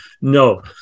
No